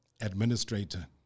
administrator